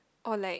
or like